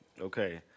Okay